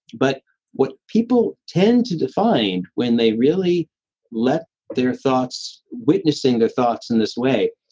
but what people tend to define when they really let their thoughts, witnessing the thoughts in this way,